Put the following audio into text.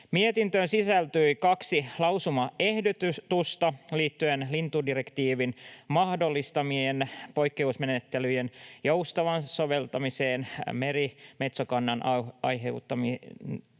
Mietintöön sisältyi kaksi lausumaehdotusta liittyen lintudirektiivin mahdollistamien poikkeusmenettelyjen joustavaan soveltamiseen merimetsokannan aiheuttamien